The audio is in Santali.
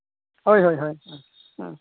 ᱦᱳᱭ ᱦᱳᱭ ᱦᱮᱸ